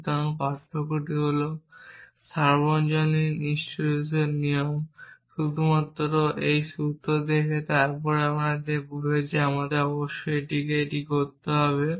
সুতরাং পার্থক্য হল সার্বজনীন ইনস্ট্যান্টিয়েশন নিয়ম শুধুমাত্র এই সূত্রটি দেখে তারপর বলে যে আমাকে অবশ্যই এটি তৈরি করতে হবে